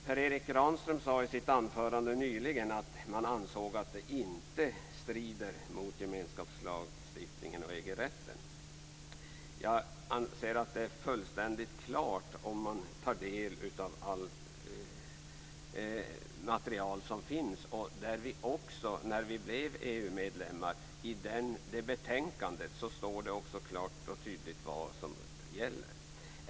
Per Erik Granström sade i sitt anförande nyss att man ansåg att detta inte strider mot gemenskapslagstiftningen och EG-rätten. Jag anser att det här är fullständigt klart om man tar del av allt material som finns. Också i det betänkande som lades fram när vi blev EU-medlemmar står det klart och tydligt vad som gäller.